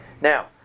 Now